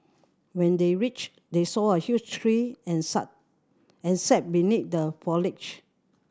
when they reached they saw a huge tree and and sat beneath the foliage